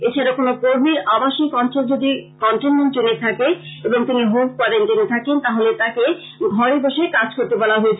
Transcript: এছাড়া কোনো কর্মীর আবাসিক অঞ্চল যদি কনটেন্টমেন্ট জোনে থাকে এবং তিনি হোম কোয়ারেন্টাইনে থাকেন তাহলে তাকে ঘরে বসে কাজ করতে বলা হয়েছে